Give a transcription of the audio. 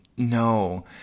No